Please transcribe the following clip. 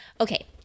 Okay